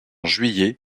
juillet